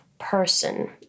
person